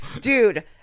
Dude